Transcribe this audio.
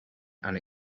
and